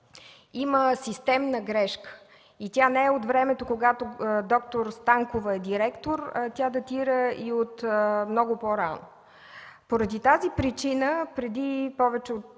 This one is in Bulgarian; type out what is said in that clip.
има системна грешка. И тя не е от времето, когато д-р Станкова е директор, а датира от много по-рано. Поради тази причина преди повече от